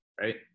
right